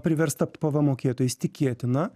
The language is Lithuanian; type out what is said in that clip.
priversta pvm mokėtojais tikėtina